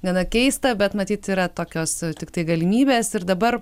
gana keista bet matyt yra tokios tiktai galimybės ir dabar